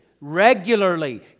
regularly